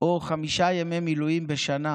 או חמישה ימי מילואים בשנה